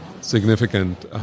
significant